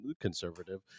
conservative